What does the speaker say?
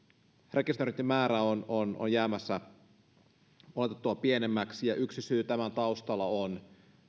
rekisteröintimäärä on on jäämässä oletettua pienemmäksi yksi syy tämän taustalla on